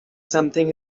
something